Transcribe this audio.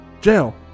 jail